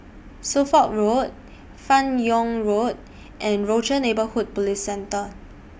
Suffolk Road fan Yoong Road and Rochor Neighborhood Police Centre